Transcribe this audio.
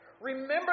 Remember